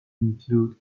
include